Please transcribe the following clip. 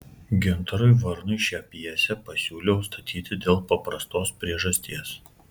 gintarui varnui šią pjesę pasiūliau statyti dėl paprastos priežasties